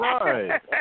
Right